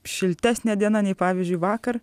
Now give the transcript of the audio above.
šiltesnė diena nei pavyzdžiui vakar